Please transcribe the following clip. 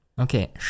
Okay